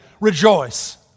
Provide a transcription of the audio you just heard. Rejoice